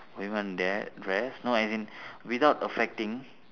woman de~ dress no as in without affecting